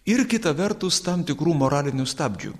ir kita vertus tam tikrų moralinių stabdžių